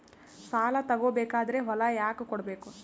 ಸಾಲ ತಗೋ ಬೇಕಾದ್ರೆ ಹೊಲ ಯಾಕ ಕೊಡಬೇಕು?